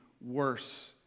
worse